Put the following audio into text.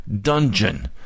dungeon